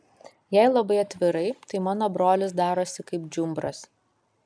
jei labai atvirai tai mano brolis darosi kaip džiumbras